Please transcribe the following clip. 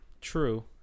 True